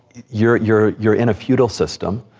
you're, you're you're in a feudal system,